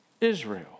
Israel